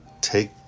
take